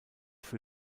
für